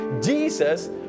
Jesus